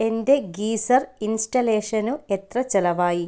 എൻ്റെ ഗീസർ ഇൻസ്റ്റാളേഷന് എത്ര ചിലവായി